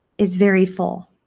is very full.